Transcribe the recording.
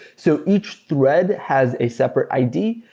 so each thread has a separate id.